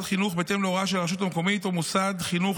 חינוך בהתאם להוראה של הרשות המקומית או מוסד חינוך,